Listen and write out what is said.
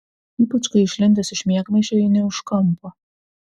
ypač kai išlindęs iš miegmaišio eini už kampo